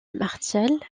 martial